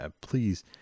Please